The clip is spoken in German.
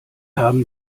haben